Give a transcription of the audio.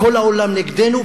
כל העולם נגדנו,